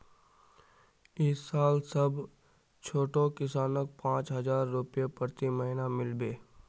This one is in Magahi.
इस साल सब छोटो किसानक पांच हजार रुपए प्रति महीना मिल बे